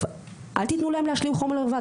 אל תתנו להם להשלים חומר לבד.